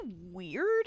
weird